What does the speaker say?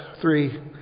three